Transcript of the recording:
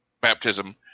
baptism